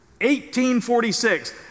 1846